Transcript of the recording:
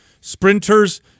Sprinters